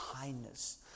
kindness